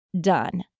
done